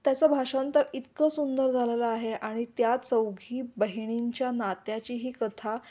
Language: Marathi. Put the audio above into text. त्याचं भाषांतर इतकं सुंदर झालेलं आहे आणि त्या चौघी बहिणींच्या नात्याची ही कथा